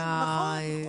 נכון.